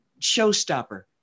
showstopper